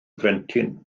plentyn